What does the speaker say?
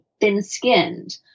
thin-skinned